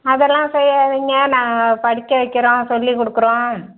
அதெல்லாம் செய்யாதீங்க நாங்கள் படிக்க வைக்கிறோம் சொல்லி கொடுக்குறோம்